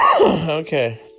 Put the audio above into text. Okay